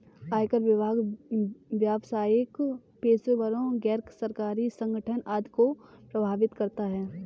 आयकर विभाग व्यावसायिक पेशेवरों, गैर सरकारी संगठन आदि को प्रभावित करता है